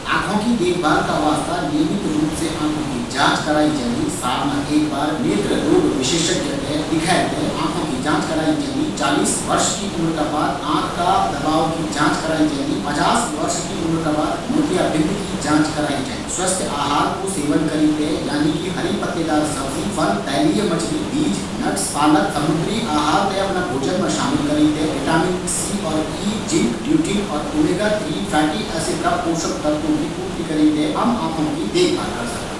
आँखों की देखभाल का वास्ता आँखों की साल मा एक बार नियमित जाँच कराईं चैन्दी साल मा एक बार नेत्र रोग विशेषज्ञ थें दिखेक आँखों की जाँच कराईं चैन्दी। चालीस वर्ष की उम्र का बाद आँख का दबाव की जाँच कराई चैन्दी। पचास वर्ष की उम्र का बाद मोतियाबिन्द की जाँच कराई चैन्दी। स्वस्थ्य आहार कू सेवन करीक थें यानि कि हरी पत्तेदार सब्जी, फल, तैलिय मछली, बीज, नट्स, पालक, समुद्री आहार थें अफणा आहार मा शामिल करीक थें विटामिन सी और इ, जिंक, ल्यूटिन और ओमेगा थ्री फैटी एसिड का पोशक तत्वों की पूर्ति करीक थें हम आँखों की देखभाल कर सकदां।